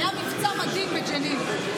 היה מבצע אדיר בג'נין.